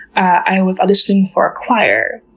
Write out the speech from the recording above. i was auditioning for a choir.